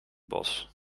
bos